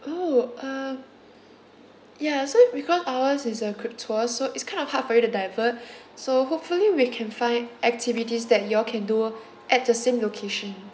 oh uh ya so because ours is a group tour so it's kind of hard for you to divert so hopefully we can find activities that you all can do at the same location